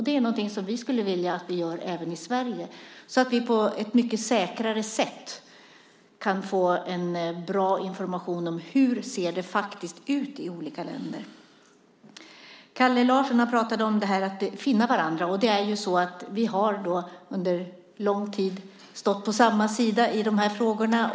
Det skulle vi vilja att vi gör även i Sverige så att vi på ett säkrare sätt kan få bra information om hur det faktiskt ser ut i olika länder. Kalle Larsson pratade om detta med att finna varandra. Vi har under lång tid stått på samma sida i de här frågorna.